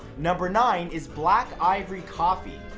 number nine is black ivory coffee.